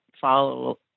follow